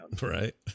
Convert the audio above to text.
Right